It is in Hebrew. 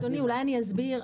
אדוני אולי אני אסביר.